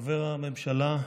חברי הממשלה,